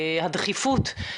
הדחיפות.